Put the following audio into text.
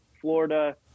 Florida